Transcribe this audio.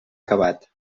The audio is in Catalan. acabat